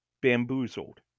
Bamboozled